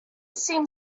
seemed